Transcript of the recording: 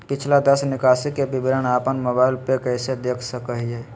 पिछला दस निकासी के विवरण अपन मोबाईल पे कैसे देख सके हियई?